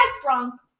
drunk